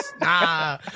Nah